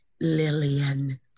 Lillian